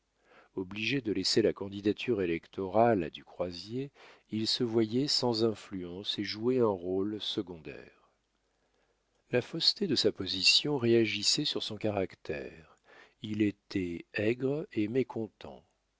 obligé de laisser la candidature électorale à du croisier il se voyait sans influence et jouait un rôle secondaire la fausseté de sa position réagissait sur son caractère il était aigre et mécontent